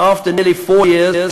כי הזמן אוזל גם להם.